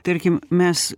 tarkim mes